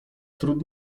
trud